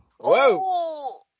Whoa